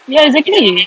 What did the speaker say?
ya exactly